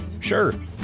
Sure